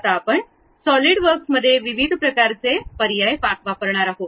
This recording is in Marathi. आता आपण सॉलिड वर्क्स मध्ये विविध प्रकारचे पर्याय वापरणार आहोत